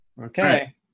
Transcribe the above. Okay